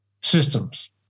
systems